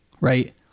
right